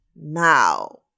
Now